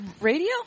Radio